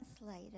later